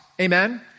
Amen